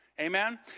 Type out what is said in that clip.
Amen